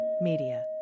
Media